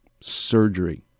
surgery